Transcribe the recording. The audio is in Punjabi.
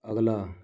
ਅਗਲਾ